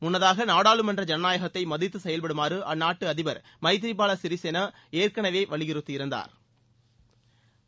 முன்னதாக நாடாளுமன்ற ஜனநாயகத்தை மதித்து செயல்படுமாறு அந்நாட்டு அதிபர் மைத்ரி பால சிறிசேனா ஏற்கனவே வலியுறுத்தி இருந்தாா்